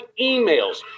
emails